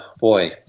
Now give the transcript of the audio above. boy